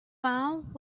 found